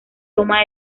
toma